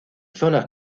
zonas